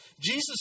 Jesus